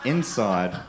Inside